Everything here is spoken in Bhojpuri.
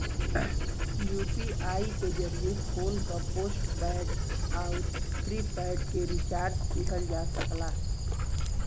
यू.पी.आई के जरिये फोन क पोस्टपेड आउर प्रीपेड के रिचार्ज किहल जा सकला